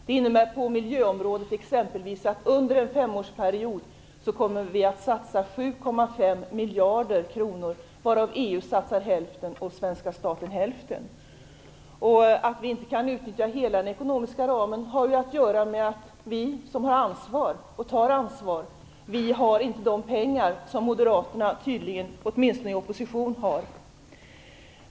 På t.ex. miljöområdet kommer det under en femårsperiod att satsas 7,5 miljarder kronor, varav EU satsar hälften och svenska staten hälften. Att vi inte kan utnyttja hela den ekonomiska ramen har att göra med att vi som har och tar ansvar inte har de pengar som moderaterna tydligen, åtminstone i opposition, har.